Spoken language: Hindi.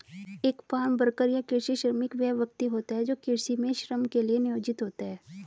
एक फार्म वर्कर या कृषि श्रमिक वह व्यक्ति होता है जो कृषि में श्रम के लिए नियोजित होता है